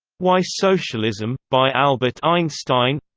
why socialism? by albert einstein